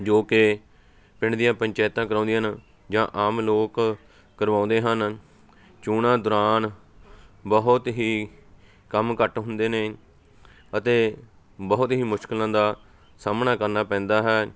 ਜੋ ਕਿ ਪਿੰਡ ਦੀਆਂ ਪੰਚਾਇਤਾਂ ਕਰਵਾਉਂਦੀਆਂ ਹਨ ਜਾਂ ਆਮ ਲੋਕ ਕਰਵਾਉਂਦੇ ਹਨ ਚੋਣਾਂ ਦੌਰਾਨ ਬਹੁਤ ਹੀ ਕੰਮ ਘੱਟ ਹੁੰਦੇ ਨੇ ਅਤੇ ਬਹੁਤ ਹੀ ਮੁਸ਼ਕਲਾਂ ਦਾ ਸਾਹਮਣਾ ਕਰਨਾ ਪੈਂਦਾ ਹੈ